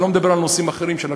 אני לא מדבר על נושאים אחרים שלקחו.